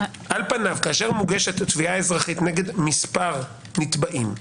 כאשר מוגשת תביעה אזרחית נגד מספר נתבעים,